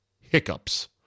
hiccups